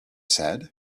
said